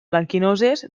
blanquinoses